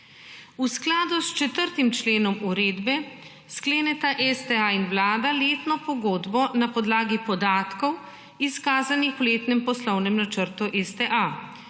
V skladu s 4. členom Uredbe skleneta STA in Vlada letno pogodbo na podlagi podatkov izkazanih v letnem poslovnem načrtu STA.